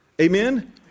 Amen